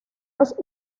los